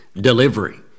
delivery